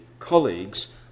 Colleagues